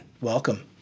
welcome